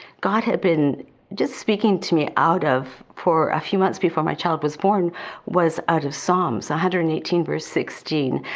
god had been just speaking to me out of for a few months before my child was born was out of psalm one so hundred and eighteen sixteen,